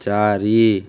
ଚାରି